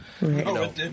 No